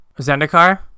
zendikar